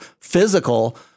physical